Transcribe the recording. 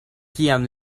kiam